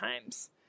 times